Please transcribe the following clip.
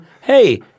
hey